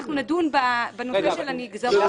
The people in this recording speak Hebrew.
אנחנו נדון בנושא של הנגזרות --- לילך,